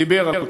דיבר על כך.